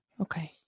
okay